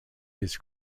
his